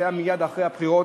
זה היה מייד אחרי הבחירות,